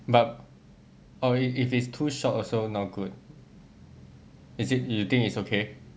but oh if it's too short also no good is it you think it's okay